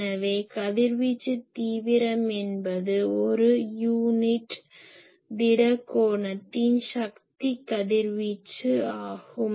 எனவே கதிர்வீச்சு தீவிரம் என்பது ஒரு யூனிட் திட கோணத்தின் சக்தி கதிர்வீச்சு ஆகும்